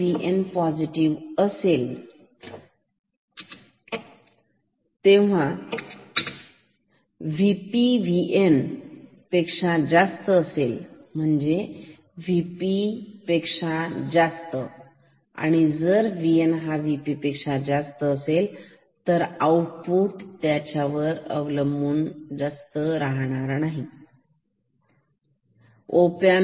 आता जर VN positive असेल आणि VPVN पेक्षा जास्त असेल VP पेक्षा जास्त आणि जर VN हा VP पेक्षा जास्त असेल तर आउटपुट वर त्याचा काय परिणाम होईल